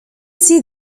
see